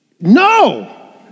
No